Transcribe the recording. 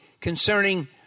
concerning